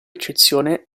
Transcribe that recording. eccezione